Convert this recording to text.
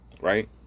right